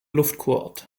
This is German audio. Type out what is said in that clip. luftkurort